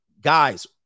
guys